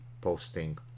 posting